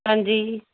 ਹਾਂਜੀ